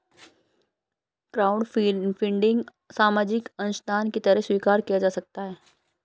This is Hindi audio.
क्राउडफंडिंग सामाजिक अंशदान की तरह स्वीकार किया जा सकता है